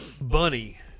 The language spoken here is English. Bunny